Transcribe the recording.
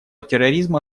терроризма